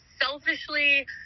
selfishly